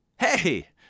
Hey